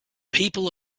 people